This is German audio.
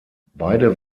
beide